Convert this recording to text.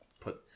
put